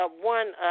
one